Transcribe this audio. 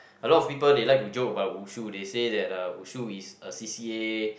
a lot of people they like to joke about Wushu they say that uh Wushu is a C_c_A